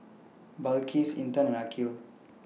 Balqis Intan and Aqil